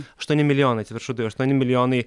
aštuoni milijonai atsiprašau tai aštuoni milijonai